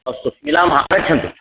अस्तु मिलामः आगच्छन्तु